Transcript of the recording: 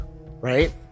right